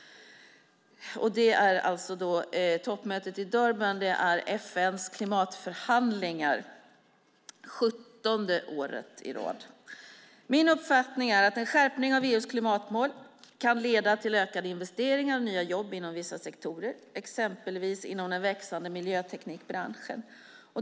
Det är alltså FN:s klimatförhandlingar, för 17:e året i rad. Min uppfattning är att en skärpning av EU:s klimatmål kan leda till ökade investeringar och nya jobb inom vissa sektorer, exempelvis inom den växande miljöteknikbranschen.